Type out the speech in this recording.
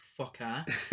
fucker